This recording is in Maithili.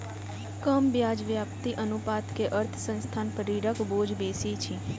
कम ब्याज व्याप्ति अनुपात के अर्थ संस्थान पर ऋणक बोझ बेसी अछि